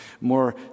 more